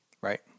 Right